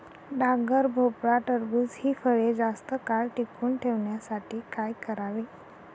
डांगर, भोपळा, टरबूज हि फळे जास्त काळ टिकवून ठेवण्यासाठी काय करावे?